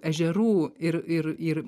ežerų ir ir ir